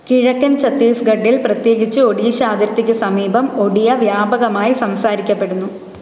കിഴക്കൻ ഛത്തീസ്ഗഡിൽ പ്രത്യേകിച്ച് ഒഡീഷ അതിർത്തിക്ക് സമീപം ഒഡിയ വ്യാപകമായി സംസാരിക്കപ്പെടുന്നു